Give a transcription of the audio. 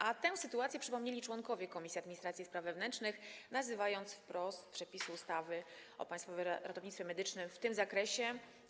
A tę sytuację przypomnieli członkowie Komisji Administracji i Spraw Wewnętrznych, nazywając wprost bublem prawnym przepisy ustawy o Państwowym Ratownictwie Medycznym w tym zakresie.